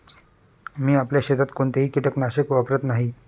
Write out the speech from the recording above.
मी आपल्या शेतात कोणतेही कीटकनाशक वापरत नाही